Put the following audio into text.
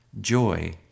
joy